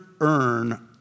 earn